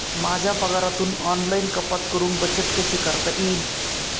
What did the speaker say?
माझ्या पगारातून ऑनलाइन कपात करुन बचत कशी करता येईल?